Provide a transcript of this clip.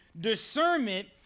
Discernment